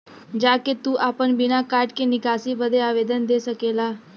जा के तू आपन बिना कार्ड के निकासी बदे आवेदन दे सकेला